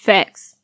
Facts